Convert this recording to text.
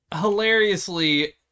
Hilariously